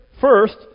first